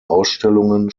ausstellungen